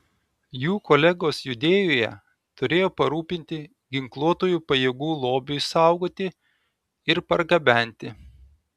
jų kolegos judėjoje turėjo parūpinti ginkluotųjų pajėgų lobiui saugoti ir pergabenti